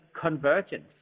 convergence